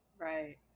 Right